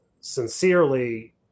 sincerely